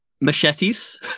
Machetes